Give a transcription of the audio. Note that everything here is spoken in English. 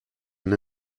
and